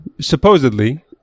Supposedly